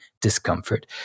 discomfort